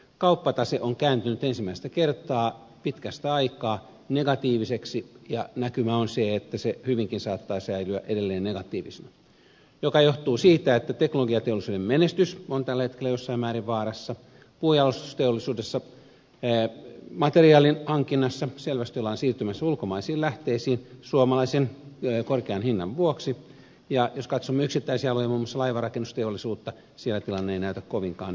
kauppatase on kääntynyt ensimmäistä kertaa pitkästä aikaa negatiiviseksi ja näkymä on se että se hyvinkin saattaa säilyä edelleen negatiivisena mikä johtuu siitä että teknologiateollisuuden menestys on tällä hetkellä jossain määrin vaarassa puunjalostusteollisuudessa materiaalin hankinnassa selvästi ollaan siirtymässä ulkomaisiin lähteisiin suomalaisen korkean hinnan vuoksi ja jos katsomme yksittäisiä aloja muun muassa laivanrakennusteollisuutta siellä tilanne ei näytä kovinkaan hyvältä